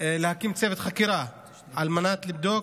להקים צוות חקירה על מנת לבדוק